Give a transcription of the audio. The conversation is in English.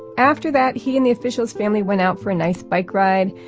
after that, he and the official's family went out for a nice bike ride,